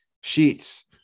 sheets